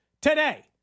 Today